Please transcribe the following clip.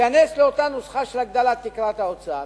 ייכנס לאותה נוסחה של הגדלת תקרת ההוצאה.